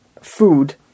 food